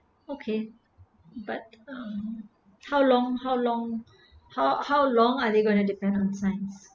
okay but um how long how long how how long are they gonna depend on science